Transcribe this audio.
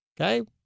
Okay